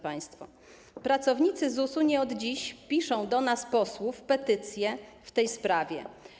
Pracownicy ZUS-u nie od dziś piszą do nas, posłów, petycje w tej sprawie.